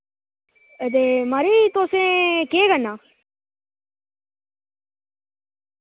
ऐ ते माराज तुसें केह् करना